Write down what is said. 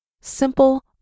simple